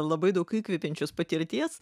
labai daug įkvepiančios patirties